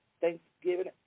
Thanksgiving